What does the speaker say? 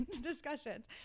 discussions